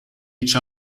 each